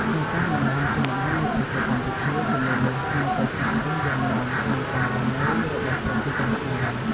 នៅតាមតំបន់ជនបទនៃប្រទេសកម្ពុជា ជំនឿនេះនៅតែចាក់ឬសយ៉ាងមាំក្នុងការរស់នៅរបស់ប្រជាជនខ្មែរ។